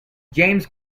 james